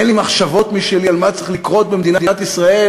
אין לי מחשבות משלי על מה צריך לקרות במדינת ישראל